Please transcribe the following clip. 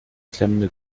beklemmende